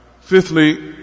Fifthly